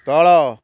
ତଳ